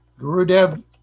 Gurudev